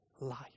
life